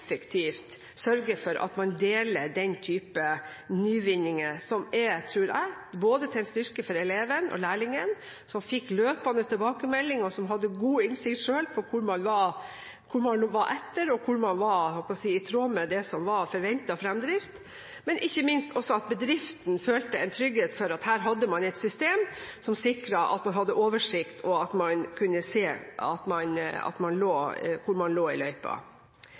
sørger for at man deler den type nyvinninger, som er – tror jeg – til styrke for eleven og lærlingen, som fikk løpende tilbakemeldinger, og som hadde god innsikt selv i hvor man lå etter, og hvor man var i tråd med det som var forventet fremdrift, men ikke minst også for bedriften, som følte trygghet for at her hadde man et system som sikret at man hadde oversikt, og at man kunne se hvor man lå i løypa. Riksrevisjonens funn føyer seg inn i